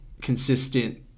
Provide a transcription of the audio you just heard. consistent